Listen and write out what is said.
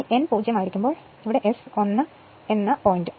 അതിനാൽ n 0 ആയിരിക്കുമ്പോൾ ഇതാണ് S ഒന്ന് എന്ന സ്ഥലം